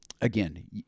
Again